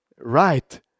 Right